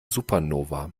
supernova